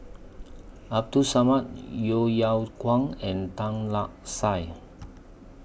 Abdul Samad Yeo Yeow Kwang and Tan Lark Sye